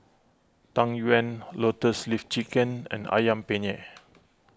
Tang Yuen Lotus Leaf Chicken and Ayam Penyet